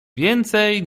więcej